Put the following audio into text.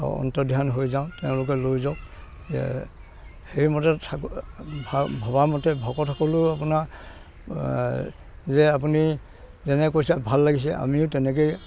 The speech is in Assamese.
অন্তৰ্ধান হৈ যাওঁ তেওঁলোকে লৈ যাওক যে সেইমতে থাকোঁ ভবামতে ভকতসকলো আপোনাৰ যে আপুনি যেনে কৈছে ভাল লাগিছে আমিও তেনেকৈ